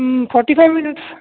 forty five minutes